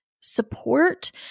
support